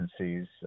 agencies